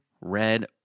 red